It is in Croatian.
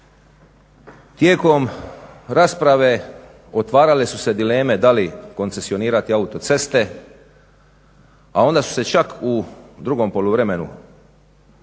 Tijekom rasprave otvarale su se dileme da li koncesionirati autoceste a onda su se čak u drugom poluvremenu